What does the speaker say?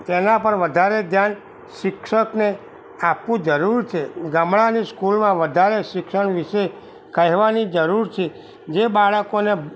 તેના પર વધારે ધ્યાન શિક્ષકને આપવું જરૂર છે ગામડાંની સ્કૂલમાં વધારે શિક્ષણ વિષે કહેવાની જરૂર છે જે બાળકોને